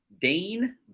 Dane